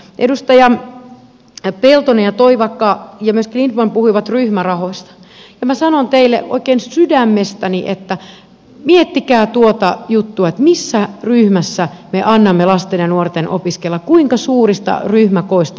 edustajat peltonen ja toivakka ja myöskin lindtman puhuivat ryhmärahoista ja minä sanon teille oikein sydämestäni että miettikää tuota juttua missä ryhmässä me annamme lasten ja nuorten opiskella kuinka suurista ryhmäkooista meillä on kysymys